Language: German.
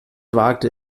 wagte